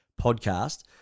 podcast